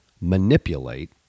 manipulate